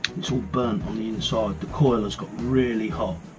it's all burnt on the inside. the coil has got really hot.